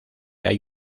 hay